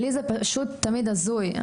לי זה פשוט תמיד הזוי.